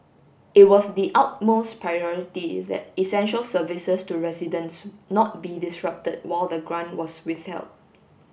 it was the utmost priority that essential services to residents not be disrupted while the grant was withheld